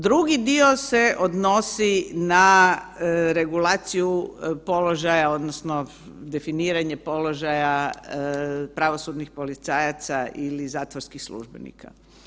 Drugi dio se odnosi na regulaciju položaja odnosno definiranje položaja pravosudnih policajaca ili zatvorskih službenika.